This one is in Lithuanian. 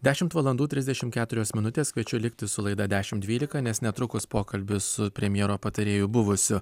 dešimt valandų trisdešimt keturios minutės kviečiu likti su laida dešim dvylika nes netrukus pokalbis su premjero patarėju buvusiu